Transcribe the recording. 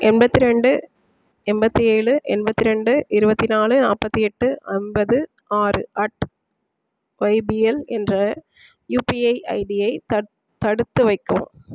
எண்பத்தி ரெண்டு எண்பத்தி ஏழு எண்பத்தி ரெண்டு இருபத்தி நாலு நாற்பத்தி எட்டு ஐம்பது ஆறு அட் ஒய்பிஎல் என்ற யுபிஐ ஐடியை தடுத் தடுத்து வைக்கவும்